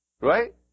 right